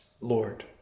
Lord